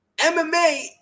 MMA